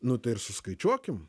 nu tai ir suskaičiuokim